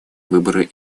выбор